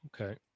Okay